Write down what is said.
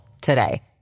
today